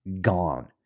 gone